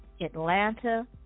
Atlanta